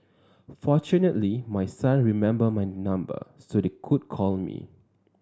fortunately my son remembered my number so they could call me